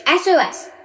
SOS